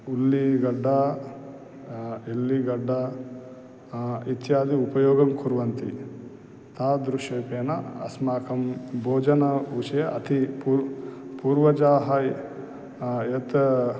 उल्लिगड्डा एल्लिगड्डा इत्यादि उपयोगं कुर्वन्ति तादृश रूपेण अस्माकं भोजनविषये अति पूर् पूर्वजाः यत्